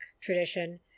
tradition